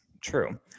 True